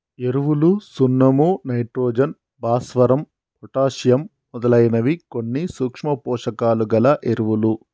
ఎరువులు సున్నం నైట్రోజన్, భాస్వరం, పొటాషియమ్ మొదలైనవి కొన్ని సూక్ష్మ పోషకాలు గల ఎరువులు